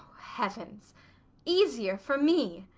heavens easier for me!